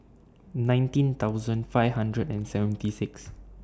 nineteen thousand five hundred and seventy six